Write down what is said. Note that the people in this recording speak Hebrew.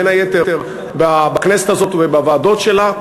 בין היתר בכנסת הזאת ובוועדות שלה,